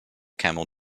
camel